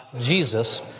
Jesus